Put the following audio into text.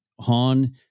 Han